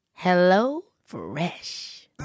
HelloFresh